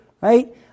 Right